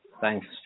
thanks